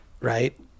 right